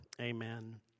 Amen